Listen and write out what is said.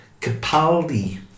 Capaldi